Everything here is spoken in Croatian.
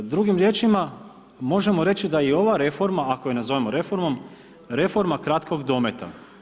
Drugim riječima možemo reći da i ova reforma ako je nazovemo reformom, reforma kratkom dometa.